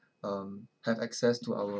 um have access to our